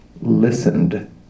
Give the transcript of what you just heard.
listened